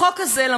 אדוני היושב-ראש,